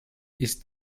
ist